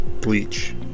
bleach